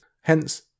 Hence